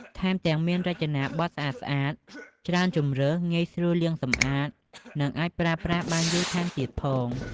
ថែមទាំងមានរចនាបថស្អាតៗ ច្រើនជម្រើស ងាយស្រួលលាងសម្អាត និងអាចប្រើប្រាស់បានយូរថែមទៀតផង។